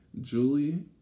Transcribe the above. Julie